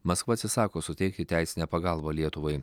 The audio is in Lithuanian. maskva atsisako suteikti teisinę pagalbą lietuvai